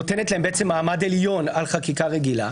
שבעצם נותנת להם מעמד עליון על חקיקה רגילה,